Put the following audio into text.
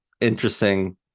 interesting